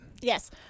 Yes